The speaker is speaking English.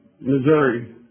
Missouri